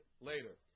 later